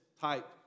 type